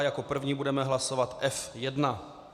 Jako první budeme hlasovat F1.